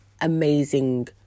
amazing